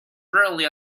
really